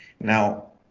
Now